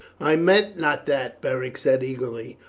i meant not that, beric said eagerly,